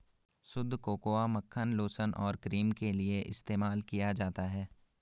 शुद्ध कोकोआ मक्खन लोशन और क्रीम के लिए इस्तेमाल किया जाता है